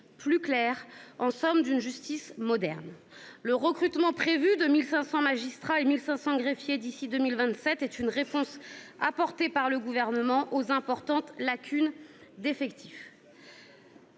plus claire, en somme d'une justice moderne. Le recrutement prévu de 1 500 magistrats et 1 500 greffiers d'ici à 2027 est une réponse apportée par le Gouvernement aux importantes lacunes d'effectifs.